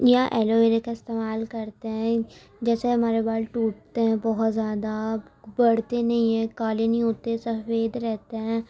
یا aloe vera کا استعمال کرتے ہیں جیسے ہمارے بال ٹوٹتے ہیں بہت زیادہ بڑھتے نہیں ہیں کالے نہیں ہوتے سفید رہتے ہیں